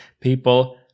people